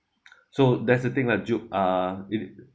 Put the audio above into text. so that's the thing lah zuf uh it is